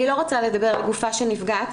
אני לא רוצה לדבר לגופה של נפגעת.